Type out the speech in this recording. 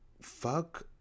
Fuck